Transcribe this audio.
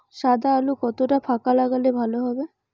সাদা আলু কতটা ফাকা লাগলে ভালো হবে?